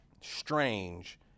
strange